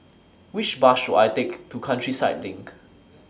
Which Bus should I Take to Countryside LINK